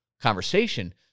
conversation